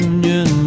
Union